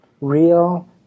real